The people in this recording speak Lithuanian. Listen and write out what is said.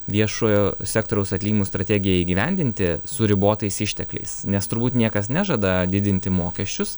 viešojo sektoriaus atlyginimų strategiją įgyvendinti su ribotais ištekliais nes turbūt niekas nežada didinti mokesčius